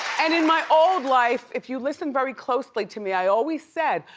and in my old life, if you listen very closely to me i always said,